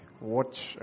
watch